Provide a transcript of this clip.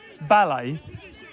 ballet